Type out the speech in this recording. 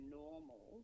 normal